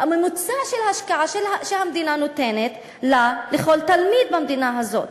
הממוצע של ההשקעה שהמדינה נותנת לכל תלמיד במדינה הזאת.